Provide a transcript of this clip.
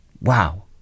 Wow